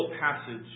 passage